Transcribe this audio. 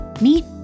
Meet